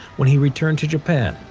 when he returned to japan,